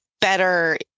better